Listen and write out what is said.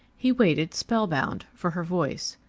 he waited, spellbound, for her voice.